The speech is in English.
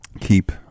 Keep